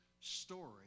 story